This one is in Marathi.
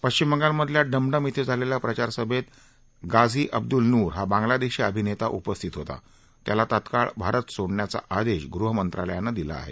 पश्चिम बंगालमधल्या डमडम श्वे झालेल्या प्रचारसभेत गाझी अब्दूल नूर हा बांग्लादेशी अभिनेता उपस्थित होता त्याला तात्काळ भारत सोडण्याचा आदेश गृहमंत्रालयानं दिला आहे